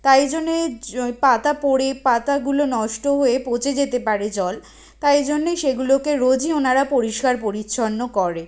তাই জন্যে যা পাতা পরে পাতাগুলো নষ্ট হয়ে পচে যেতে পারে জল তাই জন্যেই সেগুলোকে রোজই ওনারা পরিষ্কার পরিচ্ছন্ন করে